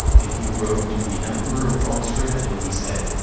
and he wrote to the emperor of austria and he said,